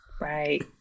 Right